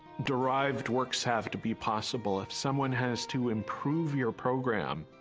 derived works have to be possible if someone has to improve your program